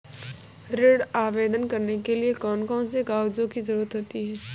ऋण आवेदन करने के लिए कौन कौन से कागजों की जरूरत होती है?